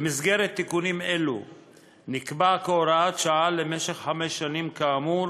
במסגרת תיקונים אלו נקבעו כהוראת שעה למשך חמש שנים כאמור